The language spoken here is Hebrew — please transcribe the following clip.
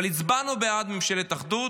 אבל הצבענו בעד ממשלת אחדות,